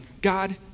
God